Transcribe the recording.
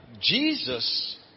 Jesus